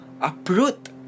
uproot